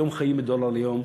היום חיים מדולר ליום.